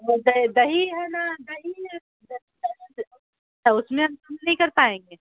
دہی ہے نا دہی میں اس میں ہم کم نہیں کر پائیں گے